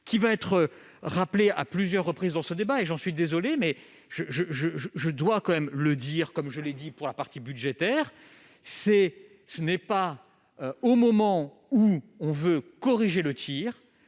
qui va être rappelé à plusieurs reprises dans ce débat, et j'en suis désolé, mais je dois tout de même le dire, comme je l'ai dit pour la partie budgétaire, ce n'est pas au moment où l'on veut corriger le tir